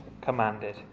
commanded